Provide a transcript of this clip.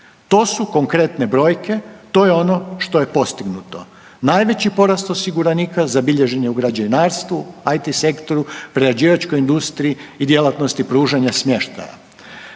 To su konkretne brojke, to je ono što je postignuto. Najveći porast osiguranika zabilježen je u građevinarstvu, IT sektoru, prerađivačkoj industriji i djelatnosti pružanja smještaja.